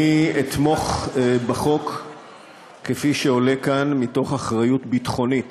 אתמוך בחוק שעולה כאן מתוך אחריות ביטחונית